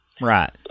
Right